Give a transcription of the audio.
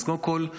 אז קודם כול,